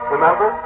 Remember